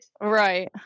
Right